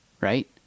Right